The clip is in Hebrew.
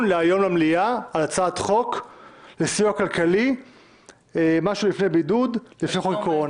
להיום במליאה על הצעת חוק לסיוע כלכלי לפי חוק הקורונה.